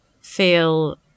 feel